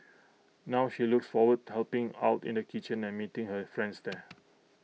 now she looks forward helping out in the kitchen and meeting her friends there